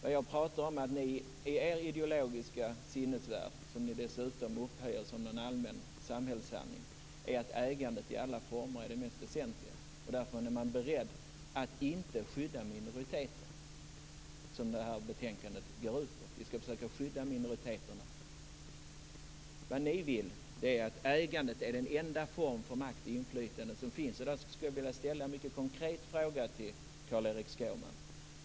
Vad jag talar om är att i er ideologiska sinnesvärld, som ni dessutom upphöjer som någon allmän samhällssanning, är ägandet i alla former det mest väsentliga. Därför är ni inte beredda att skydda minoriteter, och betänkandet går ut på att vi skall försöka skydda minoriteterna. Vad ni vill är att ägandet skall vara den enda formen för makt och inflytande som finns. Därför skulle jag vilja ställa en mycket konkret fråga till Carl-Erik Skårman.